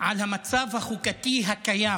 על המצב החוקתי הקיים.